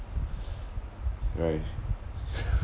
right